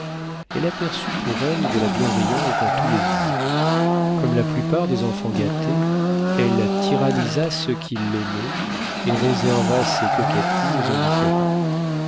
elle aperçut pour elle de la bienveillance dans tous les yeux comme la plupart des enfants gâtés elle tyrannisa ceux qui l'aimaient et réserva ses coquetteries aux indifférents